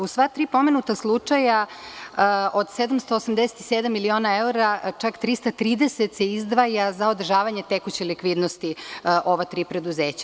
U sva tri pomenuta slučaja od 787 miliona čak 330 se izdvaja za održavanje tekuće likvidnosti ova tri preduzeća.